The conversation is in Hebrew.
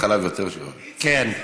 החלב יותר, כן, כן.